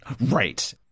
Right